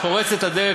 פורצת הדרך,